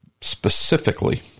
specifically